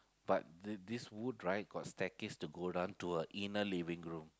but the this wood right got staircase to go down to her inner living room